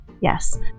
Yes